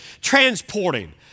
transporting